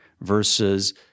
versus